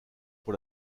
pour